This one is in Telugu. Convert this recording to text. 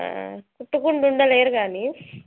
కుట్టుకుంటూ ఉండలేరు కానీ